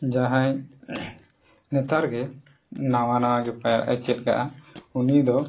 ᱡᱟᱦᱟᱸᱭ ᱱᱮᱛᱟᱨ ᱜᱮ ᱱᱟᱣᱟ ᱱᱟᱣᱟ ᱜᱮ ᱯᱟᱭᱨᱟᱜᱮ ᱪᱮᱫ ᱠᱟᱜᱼᱟ ᱩᱱᱤ ᱫᱚ